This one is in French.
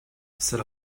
c’est